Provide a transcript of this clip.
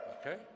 Okay